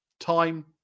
Time